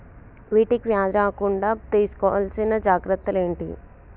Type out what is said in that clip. వీటికి వ్యాధి రాకుండా తీసుకోవాల్సిన జాగ్రత్తలు ఏంటియి?